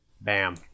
Bam